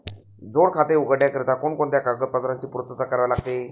जोड खाते उघडण्याकरिता कोणकोणत्या कागदपत्रांची पूर्तता करावी लागते?